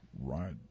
Right